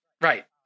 Right